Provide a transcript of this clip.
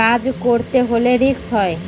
কাজ করতে হলে রিস্ক হয়